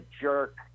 jerk